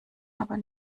aber